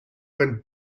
went